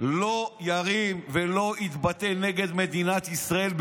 הימין לא ירים יד ולא יתבטא נגד מדינת ישראל,